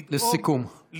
לסיכום.